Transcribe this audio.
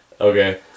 Okay